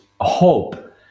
hope